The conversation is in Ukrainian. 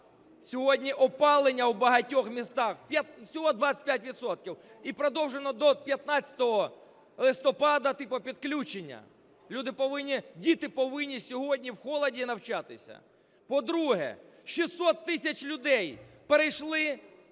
сьогодні опалення в багатьох містах, всього 25 відсотків, і продовжено до 15 листопада типу підключення. Люди повинні, діти повинні сьогодні в холоді навчатися. По-друге, 600 тисяч людей перейшли